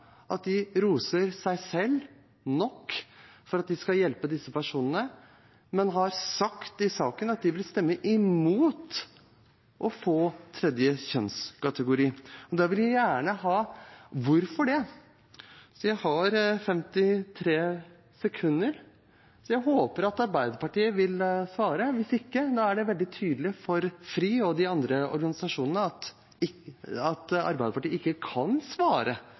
at de roser seg selv for at de skal hjelpe disse personene, men har sagt i saken at de vil stemme imot å få en tredje kjønnskategori. Hvorfor det? Jeg har 53 sekunder. Jeg håper at Arbeiderpartiet vil svare. Hvis ikke er det veldig tydelig for Fri og de andre organisasjonene at Arbeiderpartiet ikke kan svare